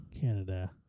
Canada